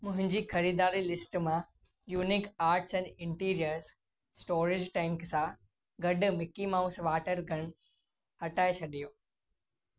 मुंहिंजी ख़रीदारी लिस्ट मां unique arts and interiors storage tank सां गॾु मिक्की माउस वाटर गन हटाए छॾियो